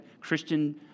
Christian